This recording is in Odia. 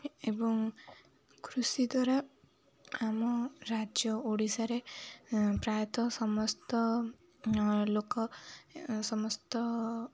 ଏବଂ କୃଷି ଦ୍ୱାରା ଆମ ରାଜ୍ୟ ଓଡ଼ିଶାରେ ପ୍ରାୟତଃ ସମସ୍ତ ଲୋକ ସମସ୍ତ